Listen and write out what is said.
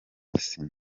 asinah